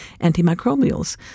antimicrobials